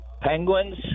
Penguins